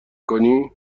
کنی